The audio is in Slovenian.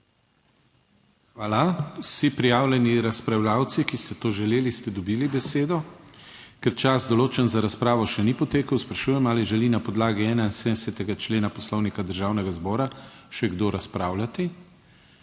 Hvala. Vsi prijavljeni razpravljavci, ki ste to želeli, ste dobili besedo. Ker čas določen za razpravo še ni potekel, sprašujem ali želi na podlagi 71. člena Poslovnika Državnega zbora še kdo razpravljati.